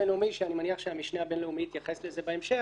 בינלאומי אני מניח שהמשנה הבינלאומי יתייחס לזה בהמשך